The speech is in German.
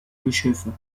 bischöfe